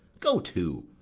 go to,